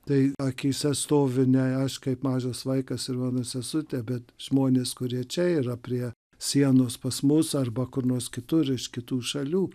tai akyse stovi ne aš kaip mažas vaikas ir mano sesutė bet žmonės kurie čia yra prie sienos pas mus arba kur nors kitur iš kitų šalių